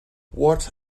what